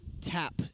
tap